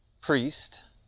priest